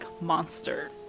monster